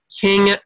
king